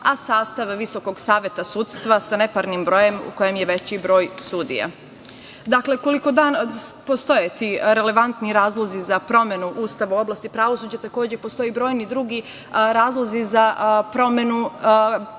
a sastav Visokog saveta sudstva sa neparnim brojem, u kojem je veći broj sudija. Dakle, koliko postoje ti relevantni razlozi za promenu Ustava u oblasti pravosuđa, takođe postoje i brojni drugi razlozi za promenu